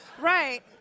Right